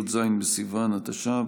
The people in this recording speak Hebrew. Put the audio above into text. י"ז בסיוון התש"ף,